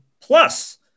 plus